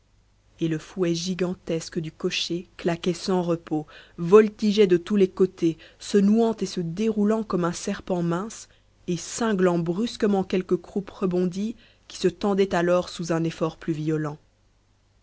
et le fouet gigantesque du cocher claquait sans repos voltigeait de tous les côtés se nouant et se déroulant comme un serpent mince et cinglant brusquement quelque croupe rebondie qui se tendait alors sous un effort plus violent